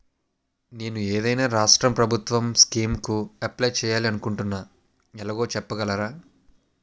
నేను ఏదైనా రాష్ట్రం ప్రభుత్వం స్కీం కు అప్లై చేయాలి అనుకుంటున్నా ఎలాగో చెప్పగలరా?